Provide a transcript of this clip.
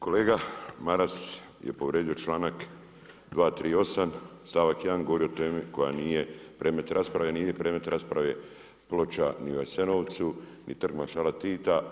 Kolega Maras je povrijedio članak 238. stavak 1. govorio je o temi koja nije predmet rasprave, nije predmet rasprave ploča ni u Jasenovcu ni Trg maršala Tita.